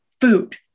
food